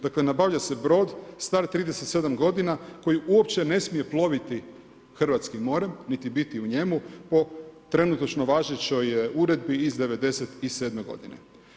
Dakle, nabavlja se brod star 37 godina koji uopće ne smije ploviti hrvatskim morem niti biti u njemu po trenutačno važećoj Uredbi iz '97. godine.